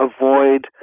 avoid